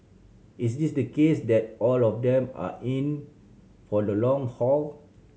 is it the case that all of them are in for the long haul